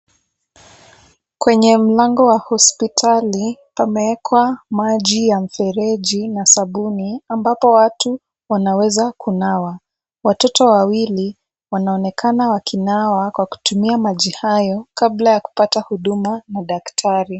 Kwenye mlango wa hospitali pamewekwa maji ya mfereji na sabuni ambapo watu wanaweza kunawa. Watoto wawili wanaonekana wakinawa kwa kutumia maji hayo kabla ya kupata huduma na daktari.